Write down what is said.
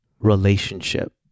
relationship